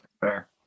fair